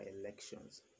elections